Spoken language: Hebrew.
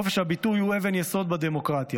חופש הביטוי הוא אבן יסוד בדמוקרטיה,